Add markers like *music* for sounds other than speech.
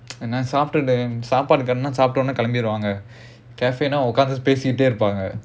*noise* சாப்டுட்டு சாப்பிட்ட உடனே கிளம்பிடுவாங்க:saapttuttu saapttaa udanae kilambiduvaanga cafe னா உட்கார்ந்து பேசிட்டே இருப்பாங்க:utkkaarnthu pesittae iruppaanga